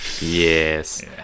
Yes